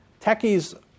Techies